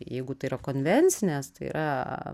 jeigu tai yra konvencinės tai yra